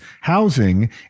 housing